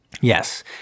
Yes